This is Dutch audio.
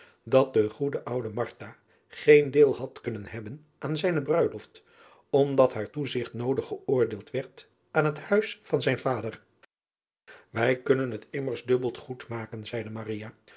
dat de goede oude geen deel had kunnen hebben aan zijne ruiloft omdat haar toezigt noodig geoordeeld werd aan het huis van zijn vader ij kunnen het immers dubbeld goed maken zeide